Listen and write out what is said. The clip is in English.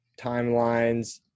timelines